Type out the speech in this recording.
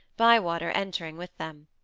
bywater entering with them.